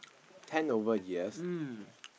ten over years